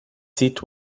seat